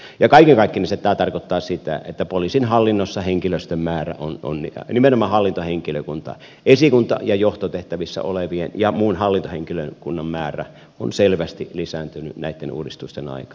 kaiken kaikkiaan tämä tarkoittaa sitä että poliisin hallinnossa henkilöstön määrä nimenomaan hallintohenkilökunnan esikunta ja johtotehtävissä olevien ja muun hallintohenkilökunnan määrä on selvästi lisääntynyt näitten uudistusten aikana